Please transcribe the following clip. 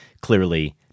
clearly